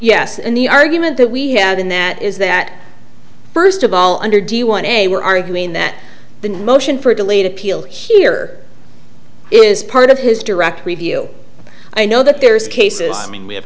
yes and the argument that we had in that is that first of all under do you want a we're arguing that the motion for delayed appeals here is part of his direct review i know that there is cases i mean we have